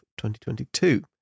2022